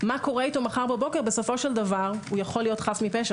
מה קורה אתו מחר בבוקר בסופו של דבר הוא יכול להיות חף מפשע,